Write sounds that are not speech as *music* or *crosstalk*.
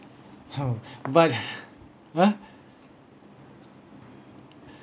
*breath* but *breath* uh